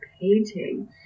painting